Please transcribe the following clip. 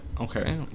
Okay